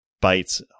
bites